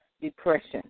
depression